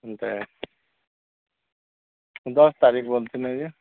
ଏମିତି ଦଶ ତାରିଖ କହିଥିଲେ ଯେ